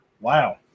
wow